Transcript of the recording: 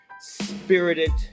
spirited